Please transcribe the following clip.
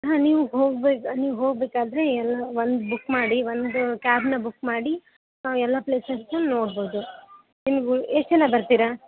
ಹಾಂ ನೀವು ಹೊಗ್ಬೇಕು ನೀವು ಹೋಗಬೇಕಾದ್ರೆ ಎಲ್ಲ ಒಂದು ಬುಕ್ ಮಾಡಿ ಒಂದು ಕ್ಯಾಬನ್ನ ಬುಕ್ ಮಾಡಿ ಎಲ್ಲ ಪ್ಲೇಸಸ್ಸು ನೋಡ್ಬೋದು ನಿಮ್ಗೆ ಎಷ್ಟು ಜನ ಬರ್ತೀರ